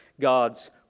God's